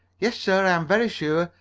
yes, sir, i am very sure,